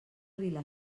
vila